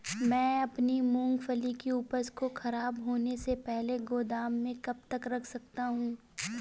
मैं अपनी मूँगफली की उपज को ख़राब होने से पहले गोदाम में कब तक रख सकता हूँ?